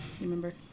Remember